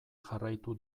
jarraitu